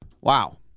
Wow